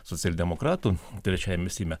socialdemokratų trečiajame seime